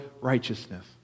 righteousness